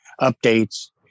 updates